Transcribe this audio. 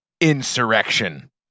insurrection